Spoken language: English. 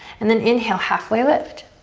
and then inhale, halfway lift.